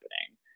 happening